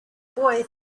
boy